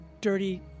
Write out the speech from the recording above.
dirty